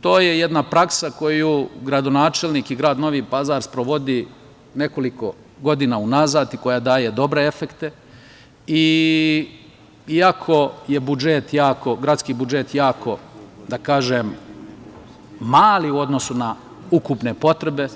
To je jedna praksa koju gradonačelnik i grad Novi Pazar sprovodi nekoliko godina unazad i koja daje dobre efekte, iako je gradski budžet jako, da kažem, mali u odnosu na ukupne potrebe